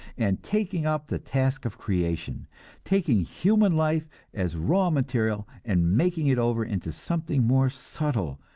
and taking up the task of creation taking human life as raw material, and making it over into something more subtle,